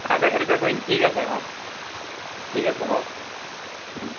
কাইলৈ সেইটোকে কৰিম ঠিক আছে অঁ ঠিক আছে বাৰু